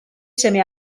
seme